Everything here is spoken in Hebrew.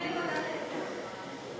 אולי נפנה לוועדת האתיקה, מרב.